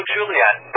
Juliet